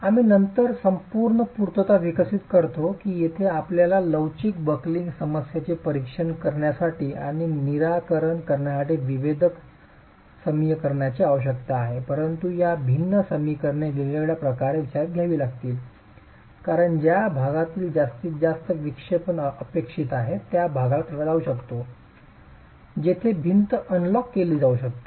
आम्ही नंतर संपूर्ण पूर्तता विकसित करतो की येथे आपल्याला लवचिक बकलिंग समस्येचे परीक्षण करण्यासाठी आणि निराकरण करण्यासाठी विभेदक समीकरणाची आवश्यकता आहे परंतु या भिन्न समीकरणे वेगळ्या प्रकारे विचारात घ्यावी लागतील कारण ज्या भागातील जास्तीत जास्त विक्षेपन अपेक्षित आहे त्या भागाला तडा जाऊ शकतो जेथे भिंत अनलॉक केली जाऊ शकते